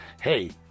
hey